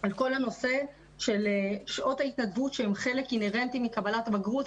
על שעות ההתנדבות שהן חלק אינהרנטי מקבלת תעודת בגרות.